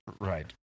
right